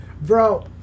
Bro